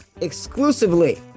exclusively